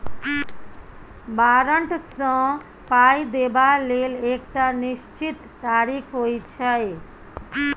बारंट सँ पाइ देबा लेल एकटा निश्चित तारीख होइ छै